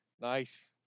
Nice